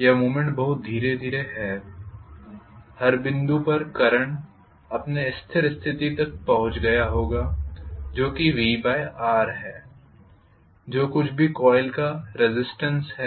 या मूवमेंट बहुत धीरे धीरे है हर बिंदु पर करंट अपने स्थिर स्थिति तक पहुँच गया होगा जो कि VR है जो कुछ भी कोइल का प्रतिरोध है